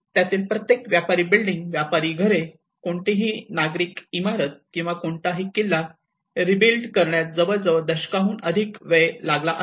त्यातील प्रत्येक व्यापारी बिल्डिंग व्यापारी घर कोणतीही नागरी इमारत किंवा कोणताही किल्ला रिबिल्ड करण्यात जवळजवळ दशकाहून अधिक वेळ लागला आहे